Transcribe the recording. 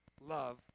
love